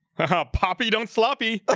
how poppy don't floppy ah